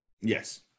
Yes